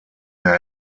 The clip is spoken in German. mehr